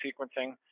sequencing